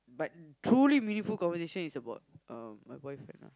but truly meaningful conversation is about uh my boyfriend ah